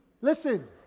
Listen